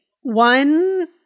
one